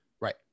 Right